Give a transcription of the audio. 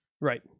Right